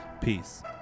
Peace